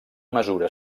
mesura